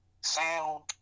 sound